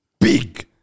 big